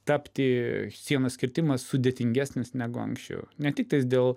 tapti sienos kirtimas sudėtingesnis negu anksčiau ne tiktais dėl